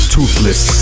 Toothless